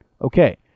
Okay